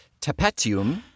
tapetium